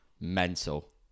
Mental